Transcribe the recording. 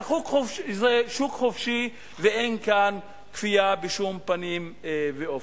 זה שוק חופשי, ואין כאן כפייה בשום פנים ואופן.